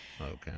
Okay